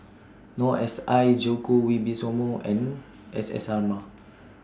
Noor S I Djoko Wibisono and S S Sarma